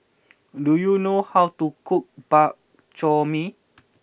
do you know how to cook Bak Chor Mee